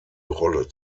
rolle